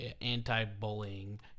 anti-bullying